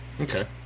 okay